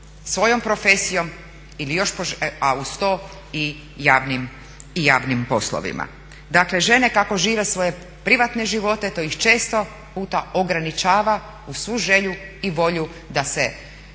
svojom profesijom a uz to i javnim poslovima. Dakle, žene kako žive svoje privatne živote to ih često puta ograničava uz svu želju i volju da se